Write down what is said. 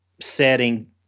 setting